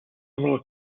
similar